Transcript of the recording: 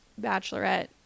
bachelorette